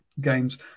games